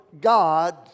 God